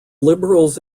liberals